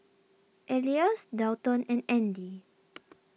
Elias Dalton and andy